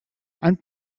and